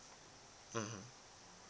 mmhmm